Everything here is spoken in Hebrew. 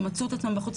הם מצאו את עצמם בחוץ,